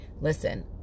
listen